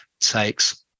takes